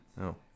No